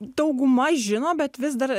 dauguma žino bet vis dar